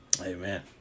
Amen